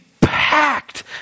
packed